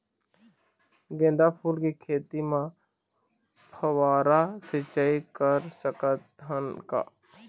गेंदा फूल के खेती म फव्वारा सिचाई कर सकत हन का?